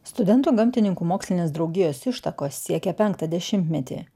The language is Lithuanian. studentų gamtininkų mokslinės draugijos ištakos siekia penktą dešimtmetį